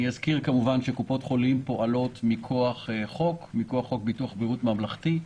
אזכיר שקופות חולים פועלות מכוח חוק ביטוח בריאות ממלכתי.